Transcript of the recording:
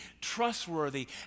trustworthy